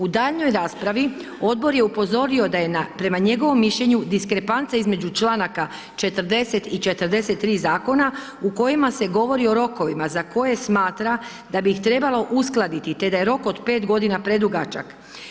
U daljnjoj raspravi, odbor je upozorio da je prema njegovom mišljenju diskrepancija između članaka 40. i 43. zakona u kojim se govori o rokovima za koje smatra da bih ih trebalo uskladiti te da je rok od 5 g. predugačak.